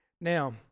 Now